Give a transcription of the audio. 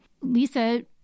Lisa